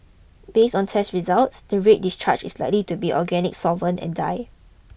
based on test results the red discharge is likely to be organic solvent and dye